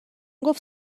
گفت